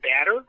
batter